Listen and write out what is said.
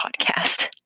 podcast